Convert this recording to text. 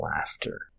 laughter